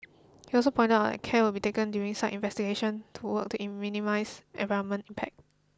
he also pointed out that care will be taken during site investigation toward in minimise environment impact